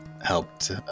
helped